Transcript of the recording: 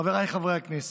חבריי חברי הכנסת,